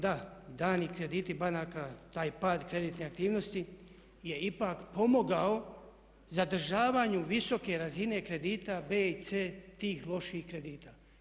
Da, dani krediti banaka taj pad kreditne aktivnosti je ipak pomogao zadržavanju visoke razine kredita B i C, tih loših kredita.